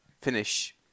finish